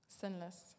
sinless